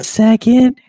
second